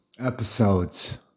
episodes